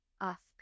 ask